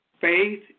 Faith